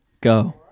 go